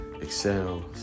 excel